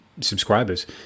subscribers